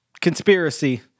conspiracy